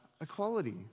equality